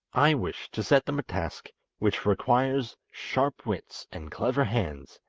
i wish to set them a task which requires sharp wits and clever hands,